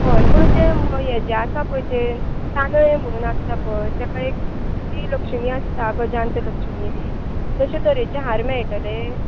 होय पूण ते हाजे आसता पळय ते तांदळे म्हण आसता पळय ताका एक लक्ष्मी आसता गजांतलक्ष्मी बी तश्या तरेचे हार बी मेळटले